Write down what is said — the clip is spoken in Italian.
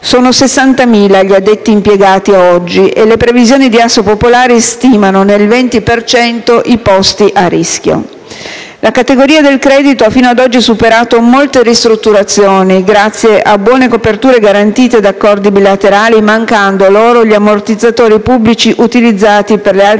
Sono 60.000 gli addetti impiegati oggi e le previsioni di Assopopolari stimano nel 20 per cento i posti a rischio. La categoria del credito ha fino ad oggi superato molte ristrutturazioni grazie a buone coperture garantite da accordi bilaterali, mancando gli ammortizzatori pubblici utilizzati per le altre